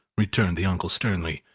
returned the uncle sternly,